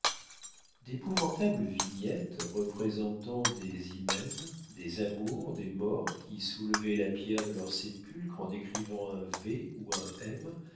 d'épouvantables vignettes représentant des hymens des amours des morts qui soulevaient la pierre de leurs sépulcres en décrivant un v ou un